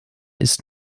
ist